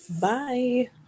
Bye